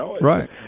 right